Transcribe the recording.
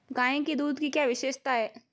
गाय के दूध की क्या विशेषता है?